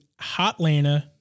Hotlanta